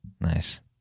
Nice